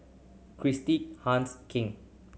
Christi Hans King